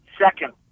second